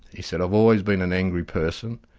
he said i've always been an angry person.